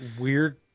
Weird